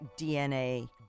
dna